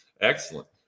Excellent